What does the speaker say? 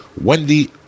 Wendy